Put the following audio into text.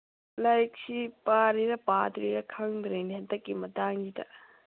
ꯂꯥꯏꯔꯤꯛꯁꯤ ꯄꯥꯔꯤꯔꯥ ꯄꯥꯗ꯭ꯔꯤꯔꯥ ꯈꯪꯗꯔꯦꯅꯦ ꯍꯟꯗꯛꯀꯤ ꯃꯇꯥꯡꯁꯤꯗ